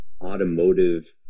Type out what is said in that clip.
automotive